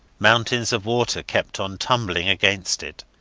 mountains of water kept on tumbling against it.